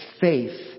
faith